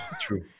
True